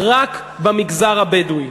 רק במגזר הבדואי.